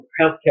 healthcare